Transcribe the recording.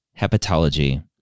hepatology